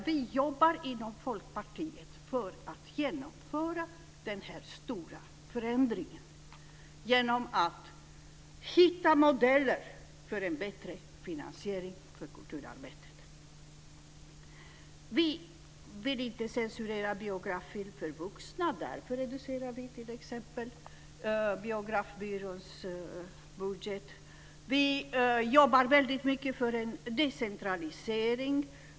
Vi i Folkpartiet jobbar för att genomföra den stora förändringen genom att hitta modeller för en bättre finansiering för kulturarbetet. Vi vill inte att biograffilm för vuxna ska censureras. Därför reducerar vi Biografbyråns budget. Vi jobbar väldigt mycket för en decentralisering.